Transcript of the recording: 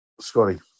Scotty